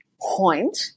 point